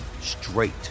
straight